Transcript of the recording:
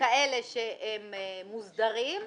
ככאלה שמוסדרים,